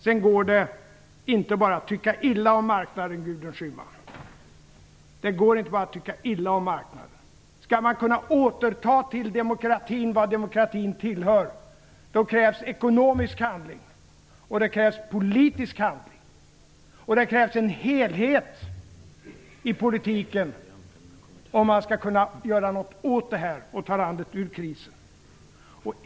Sedan går det inte att bara tycka illa om marknaden, Gudrun Schyman. Skall man kunna återta till demokratin vad demokratin tillhör, krävs ekonomisk handling och politisk handling, och det krävs en helhet i politiken om man skall kunna göra något åt situationen och ta landet ur krisen.